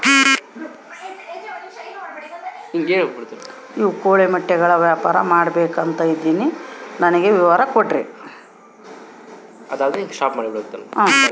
ಕೋಳಿ ಮೊಟ್ಟೆಗಳ ವ್ಯಾಪಾರ ಮಾಡ್ಬೇಕು ಅಂತ ಇದಿನಿ ನನಗೆ ವಿವರ ಕೊಡ್ರಿ?